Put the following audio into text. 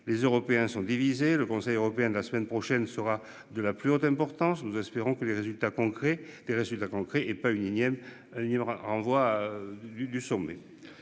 Les Européens sont divisés. Le Conseil européen de la semaine prochaine sera de la plus haute importance. Nous espérons que les résultats concrets des résultats concrets et pas une énième